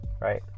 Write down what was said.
Right